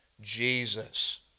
Jesus